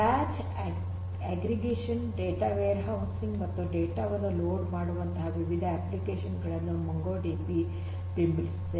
batch aggregation data warehousing ಮತ್ತು data ವನ್ನು load ಮಾಡುವಂತಹ ವಿವಿಧ ಅಪ್ಲಿಕೇಶನ್ ಗಳನ್ನು ಮೊಂಗೊಡಿಬಿ ಬೆಂಬಲಿಸುತ್ತದೆ